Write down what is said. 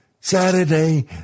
Saturday